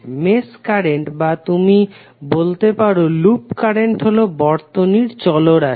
mesh current বা তুমি বলতে পারো লুপ কারেন্ট হলো বর্তনীর চল রাশি